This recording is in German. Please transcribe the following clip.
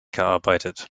gearbeitet